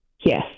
Yes